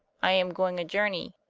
i am going a journey,